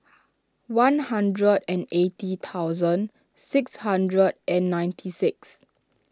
one hundred and eighty thousand six hundred and ninety six